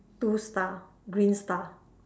two star green star